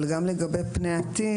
אבל גם לגבי פני עתיד,